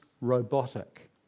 robotic